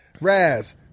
Raz